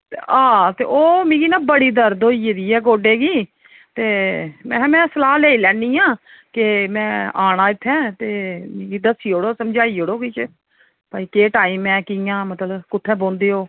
ते हां ओह मिगी ना बड़ी दर्द होई गेदी ऐ गोड्डे गी ते महां मैं सलाह् लैई लैनी आं के मैं आना इत्थै ते मिगी दस्सी ओड़ेओ समझाई ओड़ेओ किश भई केह् टाइम ऐ कियां मतलब कुत्थै बौंह्दे ओ